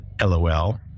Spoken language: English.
LOL